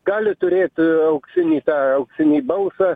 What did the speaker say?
gali turėt auksinį tą auksinį balsą